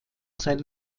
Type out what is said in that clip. sein